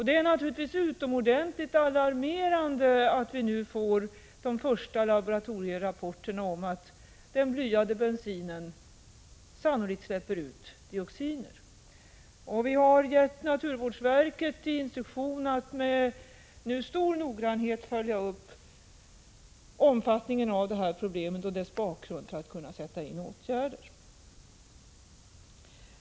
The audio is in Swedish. Det är naturligtvis alarmerande att vi nu får de första laboratorierapporterna om att den blyade bensinen sannolikt släpper ut dioxiner. Vi har givit naturvårdsverket instruktioner att med stor noggrannhet följa upp omfattningen av detta problem och dess bakgrund för att kunna sätta in åtgärder.